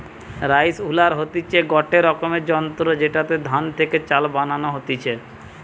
rice huller হতিছে গটে রকমের যন্ত্র জেতাতে ধান থেকে চাল বানানো হতিছে